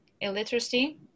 illiteracy